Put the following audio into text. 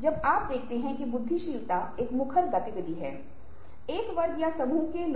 जो हमें उस विशेष लक्ष्य के लिए ध्यान केंद्रित करना चाहिए